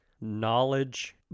Knowledge